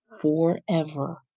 forever